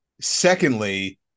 Secondly